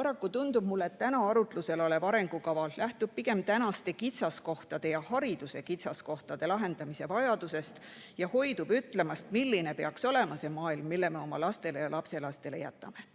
Paraku tundub mulle, et täna arutlusel olev arengukava lähtub pigem tänaste kitsaskohtade, hariduse kitsaskohtade lahendamise vajadusest ja hoidub ütlemast, milline peaks olema see maailm, mille me oma lastele ja lastelastele jätame.